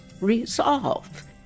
Resolve